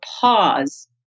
pause